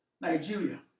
Nigeria